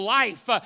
life